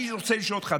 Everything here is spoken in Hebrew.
אני רוצה לשאול אותך,